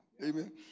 Amen